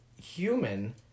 human